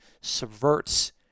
subverts